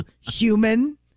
human